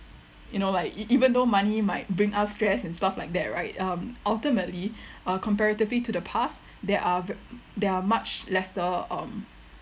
you know like e~ even though money might bring us stress and stuff like that right um ultimately uh comparatively to the past there are v~ there are much lesser um